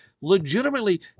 legitimately